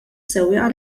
sewwieqa